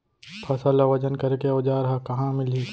फसल ला वजन करे के औज़ार हा कहाँ मिलही?